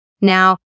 Now